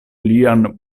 lian